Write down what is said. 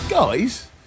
Guys